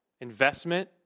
investment